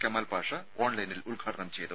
കമാൽ പാഷ ഓൺലൈനിൽ ഉദ്ഘാടനം ചെയ്തു